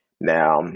Now